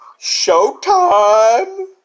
Showtime